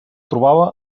trobava